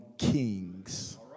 kings